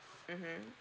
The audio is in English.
mmhmm